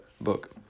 book